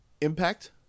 impact